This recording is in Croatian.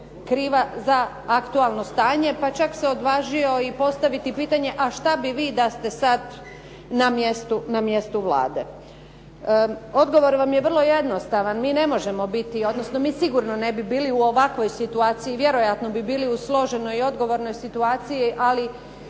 kriva za aktualno stanje, pa čak se odvažio i postaviti pitanje, a šta bi vi da ste sad na mjestu Vlade. Odgovor vam je vrlo jednostavan. Mi ne možemo biti, odnosno mi sigurno ne bi bili u ovakvoj situaciji. Vjerojatno bi bili u složenoj i odgovornoj situaciji. Ali